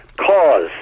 cause